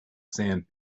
sand